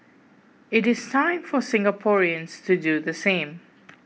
it is time for Singaporeans to do the same